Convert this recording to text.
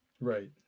Right